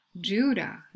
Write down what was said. Judah